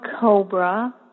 Cobra